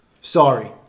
Sorry